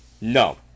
No